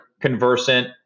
conversant